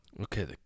Okay